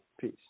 Peace